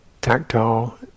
Tactile